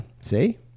see